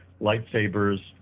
lightsabers